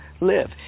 live